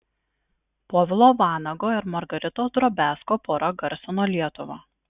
povilo vanago ir margaritos drobiazko pora garsino lietuvą